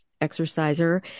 exerciser